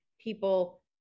people